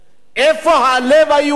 איפה הלב היהודי